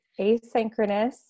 asynchronous